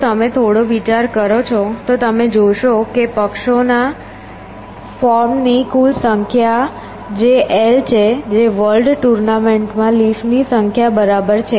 જો તમે થોડો વિચાર કરો છો તો તમે જોશો કે પક્ષોના ફોર્મની કુલ સંખ્યા જે l છે જે વર્લ્ડ ટુર્નામેન્ટ માં લીફ ની સંખ્યા બરાબર છે